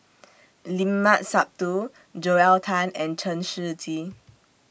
Limat Sabtu Joel Tan and Chen Shiji